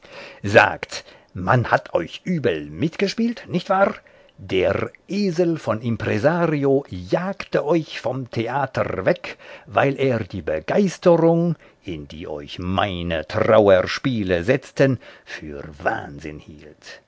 sagt man hat euch übel mitgespielt nicht wahr der esel von impresario jagte euch vom theater weg weil er die begeisterung in die euch meine trauerspiele setzten für wahnsinn hielt